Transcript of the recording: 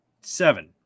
Seven